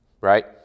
right